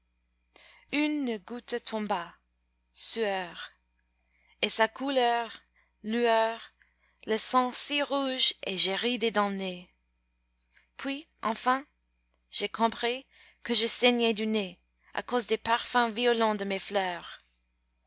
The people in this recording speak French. une goutte tomba sueur et sa couleur lueur le sang si rouge et j'ai ri des damnés puis enfin j'ai compris que je saignais du nez à cause des parfums violents de mes fleurs